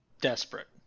desperate